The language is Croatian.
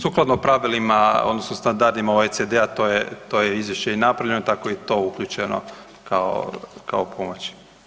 Pa sukladno pravilima, odnosno standardima OECD-a to je izvješće napravljeno, tako je i to uključeno kao pomoć.